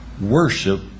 worship